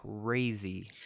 crazy